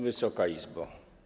Wysoka Izbo!